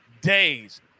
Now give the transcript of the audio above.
days